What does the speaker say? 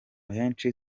henshi